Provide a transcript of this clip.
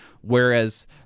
Whereas